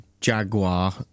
jaguar